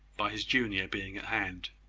by his junior being at hand.